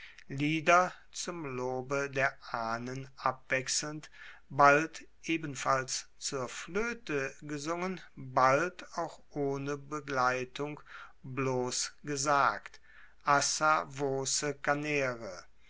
lieder zum lobe der ahnen abwechselnd bald ebenfalls zur floete gesungen bald auch ohne begleitung bloss gesagt